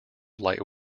light